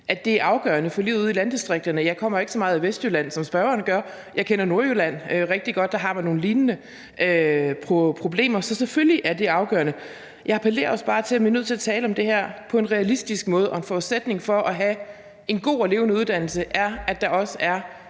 at det er afgørende for livet ude i landdistrikterne – jeg kommer ikke så meget i Vestjylland, som spørgeren gør, men jeg kender Nordjylland rigtig godt, og der har man lignende problemer. Så selvfølgelig er det afgørende. Jeg appellerer bare også til, at vi er nødt til at tale om det her på en realistisk måde, og forudsætningen for at have en god og levende uddannelse er, at der også er